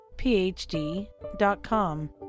PhD.com